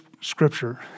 scripture